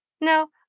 no